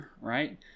right